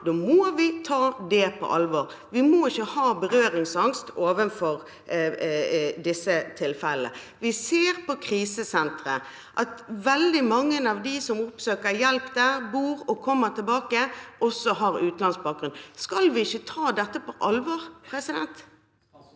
da må vi ta det på alvor. Vi må ikke ha berøringsangst overfor disse tilfellene. Vi ser på krisesentre at veldig mange av dem som oppsøker hjelp der, bor der og kommer tilbake, også har utenlandsk bakgrunn. Skal vi ikke ta dette på alvor?